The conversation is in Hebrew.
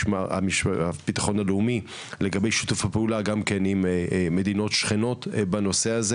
אנשי הביטחון הלאומי לגבי שיתוף הפעולה עם מדינות שכנות בנושא הזה,